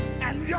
and